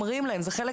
זה חלק